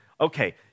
okay